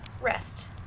Rest